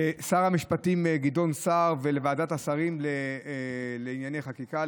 לשר המשפטים גדעון סער ולוועדת השרים לענייני חקיקה.